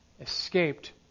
escaped